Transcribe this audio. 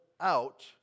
out